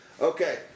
Okay